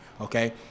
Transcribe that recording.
Okay